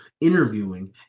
interviewing